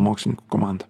mokslininkų komanda